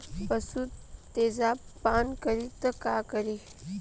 पशु तेजाब पान करी त का करी?